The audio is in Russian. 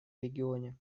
регионе